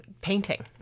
painting